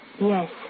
Yes